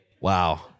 Wow